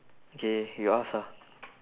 okay you ask ah